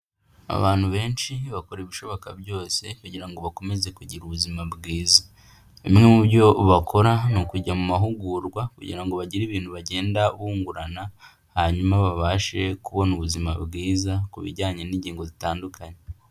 Abantu benshi bakora ibishoboka byose kugira ngo bakomeze kugira ubuzima bwiza, bimwe mu byo bakora ni ukujya mu mahugurwa kugira ngo bagire ibintu bagenda bungurana, hanyuma babashe kubona ubuzima bwiza ku bijyanye n'ingingo zitandukanye.